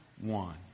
one